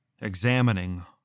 examining